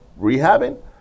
rehabbing